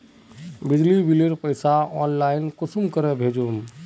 बिजली बिलेर पैसा ऑनलाइन कुंसम करे भेजुम?